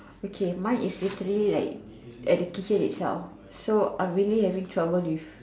okay mine is literally like education itself so I'm really having trouble with